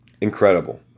Incredible